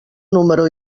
número